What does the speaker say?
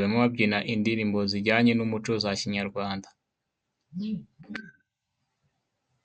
barimo babyina indirimbo zijyanye n'umuco za kinyarwanda.